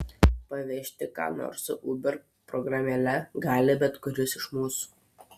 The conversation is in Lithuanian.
pavežti ką nors su uber programėle gali bet kuris iš mūsų